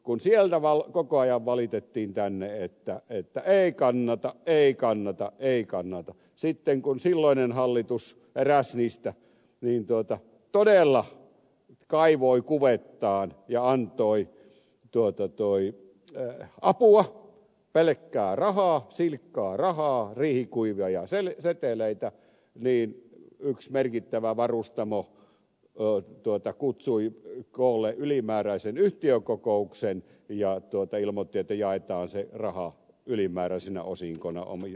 kun sieltä koko ajan valitettiin tänne että ei kannata ei kannata ei kannata niin sitten kun silloinen hallitus eräs niistä todella kaivoi kuvettaan ja antoi apua pelkkää rahaa silkkaa rahaa riihikuivia seteleitä ja yksi merkittävä varustamo kutsui koolle ylimääräisen yhtiökokouksen ja ilmoitti että jaetaan se raha ylimääräisinä osinkoina osakkeenomistajille